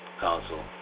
council